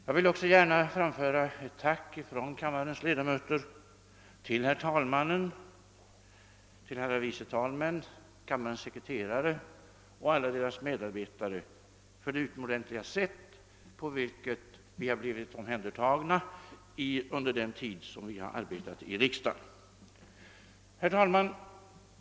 Jag vill också framföra ett tack från kammarens ledamöter till herr talmannen, till herrar vice talmän, till kammarens sekreterare och till alla deras medarbetare för det utomordentliga sätt på vilket vi har blivit omhändertagna under den tid som vi har arbetat i riksdagen. Herr talman!